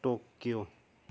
Tokyo